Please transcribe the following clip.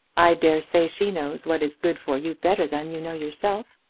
i dare say she knows what is good for you better than you know yourself.